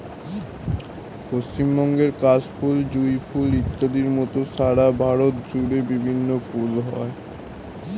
পশ্চিমবঙ্গের কাশ ফুল, জুঁই ফুল ইত্যাদির মত সারা ভারত জুড়ে বিভিন্ন ফুল হয়